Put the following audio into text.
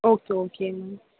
okay okay ma'am